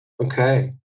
Okay